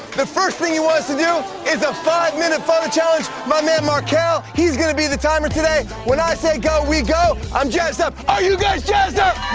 the first thing you want us to do is the five minute photo challenge. my man, markell, he's gonna be the timer today. when i say go, we go. i'm jazzed up, are you guys jazzed up?